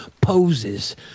poses